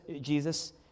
Jesus